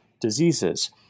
diseases